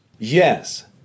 Yes